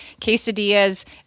Quesadillas